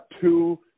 Two